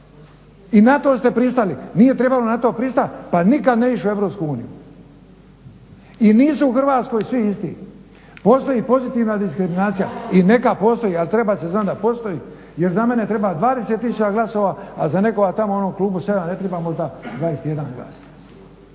I na to ste pristali. Nije trebalo na to pristati pa nikad ne ušli u EU. I nisu u Hrvatskoj svi isti, postoji pozitivna diskriminacija. I neka postoji, ali treba se znati da postoji jer za mene treba 20 tisuća glasova, a za nekoga tamo u onom klubu … /Govornik se